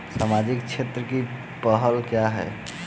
सामाजिक क्षेत्र की पहल क्या हैं?